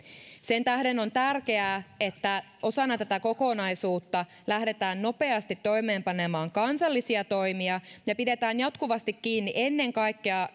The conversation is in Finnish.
sen tähden on tärkeää että osana tätä kokonaisuutta lähdetään nopeasti toimeenpanemaan kansallisia toimia ja pidetään jatkuvasti kiinni ennen kaikkea